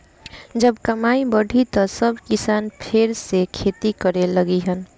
जब कमाई बढ़ी त सब किसान फेर से खेती करे लगिहन